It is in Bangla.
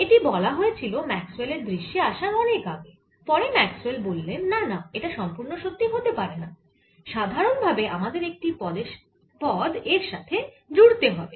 এটি বলা হয়েছিল ম্যাক্সওেল এর দৃশ্যে আসার অনেক আগে পরে ম্যাক্সওেল বললেন না না এটা সম্পুর্ণ সত্যি হতে পারে না সাধারণ ভাবে আমাদের একটি পদ এর সাথে জুড়তে হবে